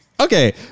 Okay